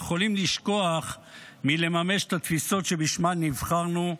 יכולים לשכוח מלממש את התפיסות שבשמן נבחרנו,